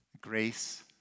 Grace